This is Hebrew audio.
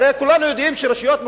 הרי כולנו יודעים שרשויות מקומיות,